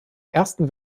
ersten